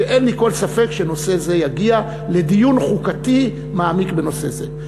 שאין לי כל ספק שנושא זה יגיע לדיון חוקתי מעמיק בנושא זה.